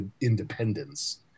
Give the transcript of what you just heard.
independence